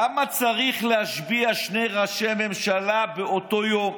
למה צריך להשביע שני ראשי ממשלה באותו יום?